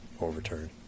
overturned